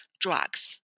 drugs